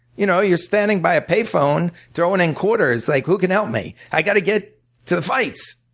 you know you're standing by a pay phone throwing in quarters, like who can help me? i've got to get to the fights.